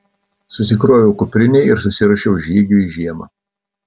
susikroviau kuprinę ir susiruošiau žygiui žiemą